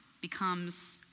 becomes